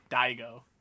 Diego